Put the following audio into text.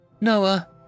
Noah